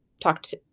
talked